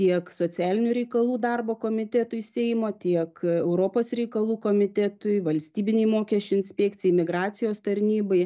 tiek socialinių reikalų darbo komitetui seimo tiek europos reikalų komitetui valstybinei mokesčių inspekcijai migracijos tarnybai